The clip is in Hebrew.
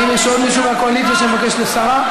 האם יש עוד מישהו מהקואליציה שמבקש הסרה?